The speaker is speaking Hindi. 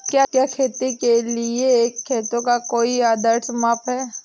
क्या खेती के लिए खेतों का कोई आदर्श माप है?